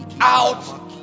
out